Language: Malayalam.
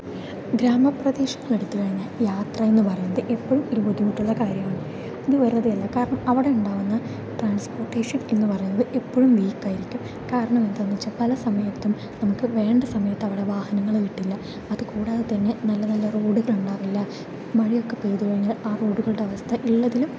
ഗ്രാമ പ്രദേശങ്ങൾ എടുത്തു കഴിഞ്ഞാൽ യാത്ര എന്ന് പറയുന്നത് എപ്പോഴും ഒരു ബുദ്ധിമുട്ടുള്ള കാര്യമാണ് അത് വെറുതെ അല്ല കാരണം അവിടെ ഉണ്ടാവുന്ന ട്രാൻസ്പോർട്ടേഷൻ എന്ന് പറയുന്നത് എപ്പോഴും വീക്ക് ആയിരിക്കും കാരണം എന്തെന്ന് വെച്ചാൽ പല സമയത്തും നമുക്ക് വേണ്ട സമയത്ത് അവിടെ വാഹനങ്ങള് കിട്ടില്ല അതു കൂടാതെതന്നെ നല്ല നല്ല റോഡുകൾ ഉണ്ടാവില്ല മഴ ഒക്കെ പെയ്തു കഴിഞ്ഞാൽ ആ റോഡുകളുടെ അവസ്ഥ ഉള്ളതിലും